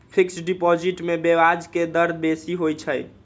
fixed deposit में ब्याज के दर बेशी होइ छइ